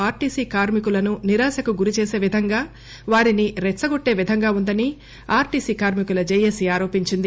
RTC కార్మికునుల నిరాశకు గురిచేసి విధంగా వారిని రెచ్చగొట్టే విధంగా ఉందని ఆర్టీసీ కార్మికుల జేఏసీ ఆరోపించింది